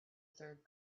third